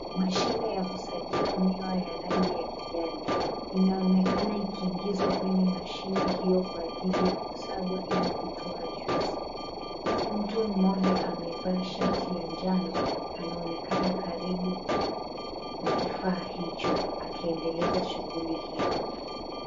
Mashine ya kusagia miwa ya rangi ya kijani inaonekana ikiingizwa ndani ya mashine hio kwa ajili ya kusagwa ili kutoa [juice] mtu mmoja amevaa shati ya njano anaonekana karibu na kifaa hicho akiendeleza shughuli hiyo.